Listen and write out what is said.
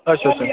अच्छा अच्छा